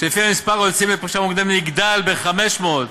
מספר היוצאים לפרישה מוקדמת יגדל ב-500.